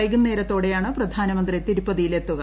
വൈകുന്നേരത്തോടെയാണ് പ്രധാനമന്ത്രി തിരുപ്പതിയിലെത്തുക